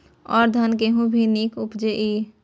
और धान गेहूँ भी निक उपजे ईय?